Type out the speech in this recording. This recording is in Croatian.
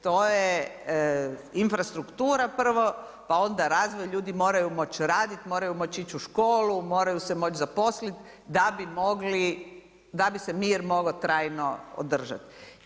To je infrastruktura prvo, pa onda razvoj, ljudi moraju moći raditi, moraju moći ići u školu, moraju se moći zaposliti, da bi mogli, da bi se mir mogao trajno održati.